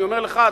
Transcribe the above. אני אומר לך,